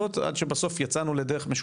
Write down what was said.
יש אנשים שנולדים במחנות האלה בתקווה בדרך,